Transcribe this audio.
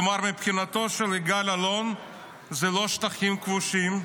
כלומר, מבחינתו של יגאל אלון אלה לא שטחים כבושים,